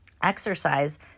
exercise